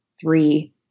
three